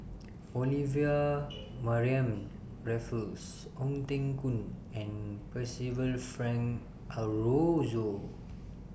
Olivia Mariamne Raffles Ong Teng Koon and Percival Frank Aroozoo